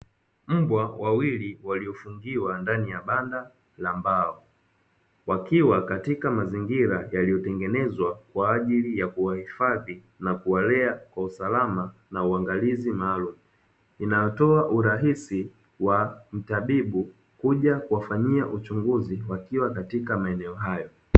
Mbwa wawili waliofungiwa ndani ya banda la mbao, wakiwa katika mazingira yaliyotengenezwa kwa ajili ya kuwahifadhi na kuwalea kwa usalama na uangalizi maalumu, inayotoa urahisi wa mtabibu kuja kuwafanyia uchunguzi wakiwa katika maeneo hayo.